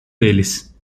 deles